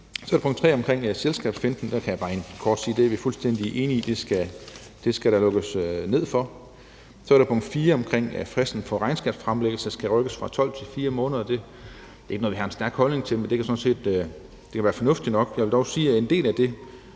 Så er der punkt 3 omkring selskabsfinten, og her kan jeg bare kort sige, at det er vi fuldstændig enige i. Det skal der lukkes ned for. Så er der punkt 4 om, at fristen for regnskabsfremlæggelse skal rykkes fra 12 til 4 måneder. Det er ikke noget, vi har en stærk holdning til, men det kan sådan set være fornuftigt nok. Jeg vil dog sige, at en del af det